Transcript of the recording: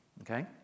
Okay